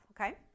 Okay